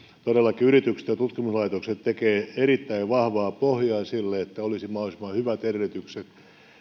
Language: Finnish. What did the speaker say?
todellakin yritykset ja tutkimuslaitokset tekevät erittäin vahvaa pohjaa sille että olisi mahdollisimman hyvät edellytykset ja